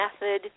method